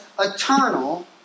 eternal